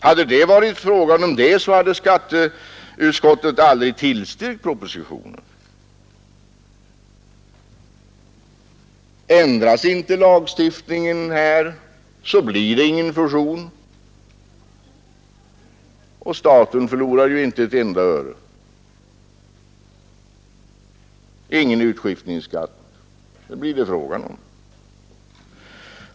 Hade det varit fråga om något sådant hade skatteutskottet aldrig tillstyrkt propositionen. Ändras inte lagstiftningen blir det ingen fusion. Staten förlorar alltså inte ett öre, eftersom det i så fall inte blir någon utskiftningsskatt.